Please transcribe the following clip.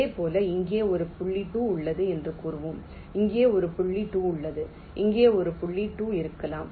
இதேபோல் இங்கே ஒரு புள்ளி 2 உள்ளது என்று கூறுவோம் இங்கே ஒரு புள்ளி 2 உள்ளது இங்கே ஒரு புள்ளி 2 இருக்கலாம்